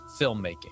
filmmaking